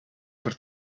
per